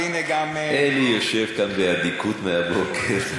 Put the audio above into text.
אלי יושב כאן באדיקות מהבוקר.